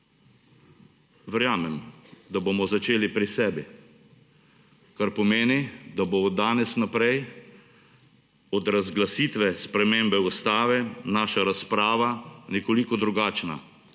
verjamem, da bomo začeli pri sebi, kar pomeni, da bo od danes naprej od razglasitve spremembe Ustave naša razprava nekoliko drugačna